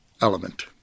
element